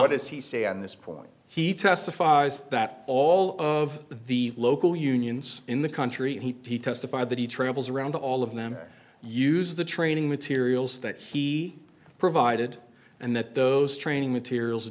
does he say on this point he testifies that all of the local unions in the country he testified that he travels around all of them use the training materials that he provided and that those training materials